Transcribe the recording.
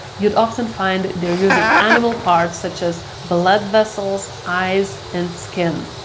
you'd often find they're using animal parts such as blood vessels, eyes, and skin.